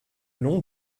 nom